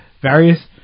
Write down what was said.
various